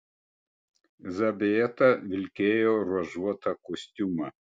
zabieta vilkėjo ruožuotą kostiumą